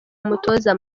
umutoza